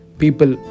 people